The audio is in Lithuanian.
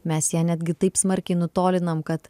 mes ją netgi taip smarkiai nutolinam kad